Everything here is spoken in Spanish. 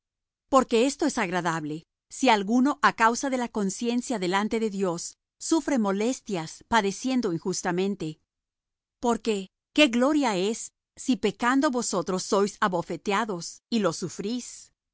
porque esto es agradable si alguno á causa de la conciencia delante de dios sufre molestias padeciendo injustamente porque qué gloria es si pecando vosotros sois abofeteados y lo sufrís